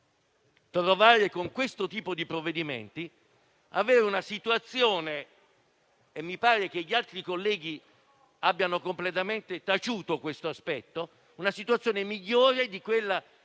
trovare con questo tipo di provvedimenti, si è creata una situazione - mi pare che gli altri colleghi abbiano completamente taciuto questo aspetto - migliore di quella